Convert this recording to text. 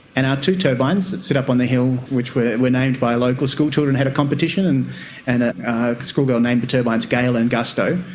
and our two turbines that sit up on the hill which were were named by, local schoolchildren had a competition and and a schoolgirl named the turbines gale and gusto.